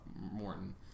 Morton